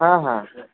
হ্যাঁ হ্যাঁ